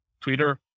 Twitter